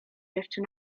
jeszcze